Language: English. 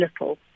little